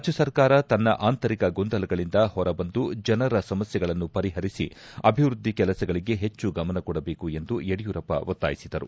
ರಾಜ್ಯ ಸರ್ಕಾರ ತನ್ನ ಅಂತರಿಕ ಗೊಂದಲಗಳಿಂದ ಹೊರ ಬಂದು ಜನರ ಸಮಸ್ಥೆಗಳನ್ನು ಪರಿಹರಿಸಿ ಅಭಿವೃದ್ಧಿ ಕೆಲಸಗಳಿಗೆ ಹೆಚ್ಚು ಗಮನ ಕೊಡಬೇಕು ಎಂದು ಯಡಿಯೂರಪ್ಪ ಒತ್ತಾಯಿಸಿದರು